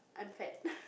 I'm fat